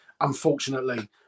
unfortunately